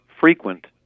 frequent